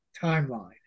timeline